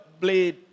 blade